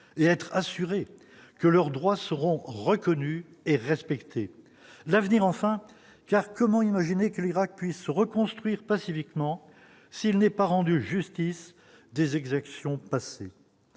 et être assurés que leurs droits seront reconnu et respecté l'avenir enfin car comment imaginer que l'Irak puisse se reconstruire pacifiquement, s'il n'est pas rendu justice des exactions passées